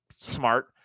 smart